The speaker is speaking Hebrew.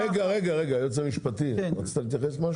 היועץ המשפטי, רצית להתייחס למשהו?